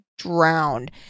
drowned